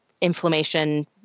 inflammation